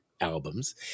albums